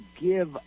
give